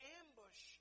ambush